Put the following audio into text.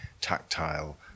tactile